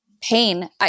pain